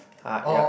hard yup